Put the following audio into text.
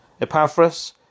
Epaphras